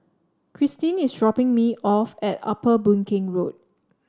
Kristyn is dropping me off at Upper Boon Keng Road